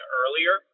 earlier